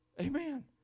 Amen